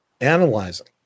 analyzing